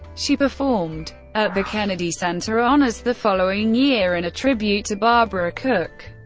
she performed at the kennedy center honors the following year in a tribute to barbara cook.